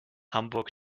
hamburg